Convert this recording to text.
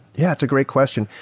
yeah, it's a great question.